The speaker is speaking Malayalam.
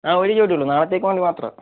അ ഒരു ജോഡിയേ ഉള്ളു നാളെത്തേയ്ക്ക് വേണ്ടി മാത്രാം